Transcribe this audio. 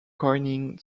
coining